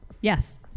Yes